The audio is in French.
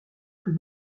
plus